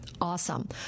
Awesome